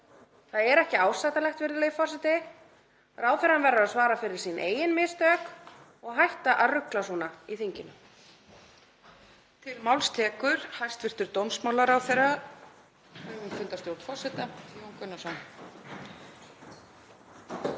Það er ekki ásættanlegt, virðulegi forseti. Ráðherrann verður að svara fyrir sín eigin mistök og hætta að rugla svona í þinginu.